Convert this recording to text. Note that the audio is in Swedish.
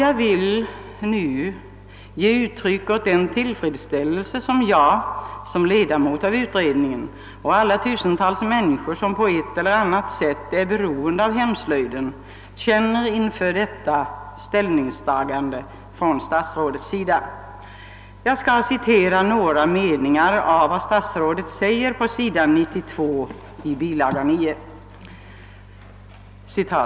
Jag vill nu ge uttryck åt den tillfredsställelse som jag såsom ledamot av utredningen och alla de tusentals människor, som på ett eller annat sätt är beroende av hemslöjden, känner inför detta ställningstagande från statsrådets sida. Jag skall citera några meningar av vad statsrådet säger på s. 92 i bilaga 9 till statsverkspropositionen.